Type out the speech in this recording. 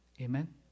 Amen